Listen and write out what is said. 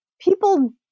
people